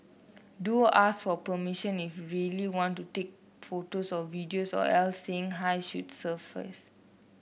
do ask for permission if you really want to take photos or videos or else saying hi should suffice